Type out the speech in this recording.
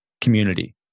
community